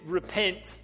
repent